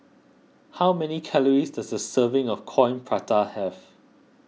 how many calories does a serving of Coin Prata have